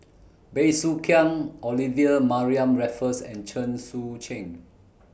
Bey Soo Khiang Olivia Mariamne Raffles and Chen Sucheng